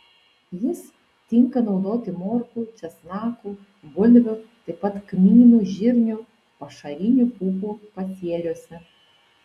jis tinka naudoti morkų česnakų bulvių taip pat kmynų žirnių pašarinių pupų pasėliuose